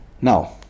Now